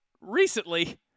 recently